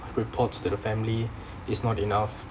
report to that family is not enough